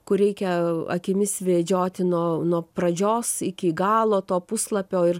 kur reikia akimis vedžioti nuo nuo pradžios iki galo to puslapio ir